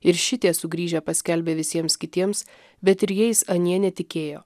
ir šitie sugrįžę paskelbė visiems kitiems bet ir jais anie netikėjo